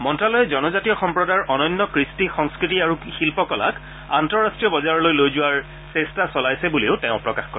মন্ত্ৰ্যালয়ে জনজাতীয় সম্প্ৰদায়ৰ অনন্য কৃষ্টি সংস্থতি আৰু শিল্প কলাক আন্তঃৰাষ্ট্ৰীয় বজাৰলৈ লৈ যোৱাৰ চেষ্টা চলাইছে বুলিও তেওঁ প্ৰকাশ কৰে